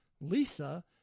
Lisa